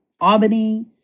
Albany